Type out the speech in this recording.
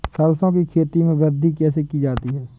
सरसो की खेती में वृद्धि कैसे की जाती है?